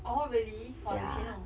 orh really orh 有钱 orh